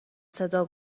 صدا